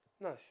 nice